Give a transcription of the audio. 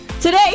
Today